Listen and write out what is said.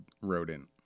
rodent